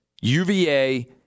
UVA